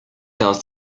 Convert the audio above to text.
tells